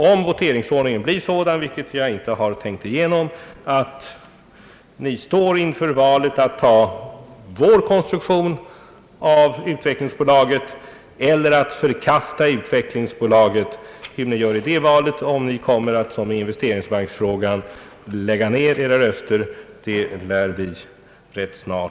Om voteringsordningen blir sådan — vilket jag inte har tänkt igenom — att ni står inför valet att ta vår konstruktion av utvecklingsbolaget eller att förkasta utvecklingsbolaget, lär vi rätt snart få bli varse om ni kommer att — som beträffande investeringsbanksfrågan — lägga ned era röster.